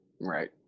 right